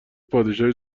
پادشاهی